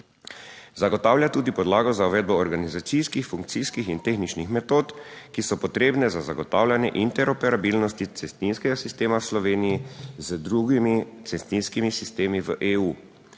Zagotavlja tudi podlago za uvedbo organizacijskih, funkcijskih in tehničnih metod, ki so potrebne za zagotavljanje interoperabilnosti cestninskega sistema v Sloveniji z drugimi cestninskimi sistemi v EU?